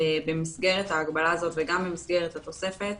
במסגרת ההגבלה הזאת, וגם במסגרת התוספת,